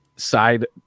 side